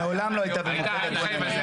מעולם לא הייתה ממוקד הכוננים.